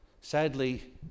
Sadly